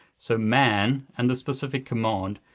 so man, and the specific command,